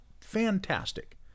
fantastic